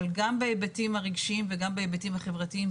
גם בהיבטים הרגשיים וגם בהיבטים החברתיים,